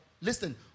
Listen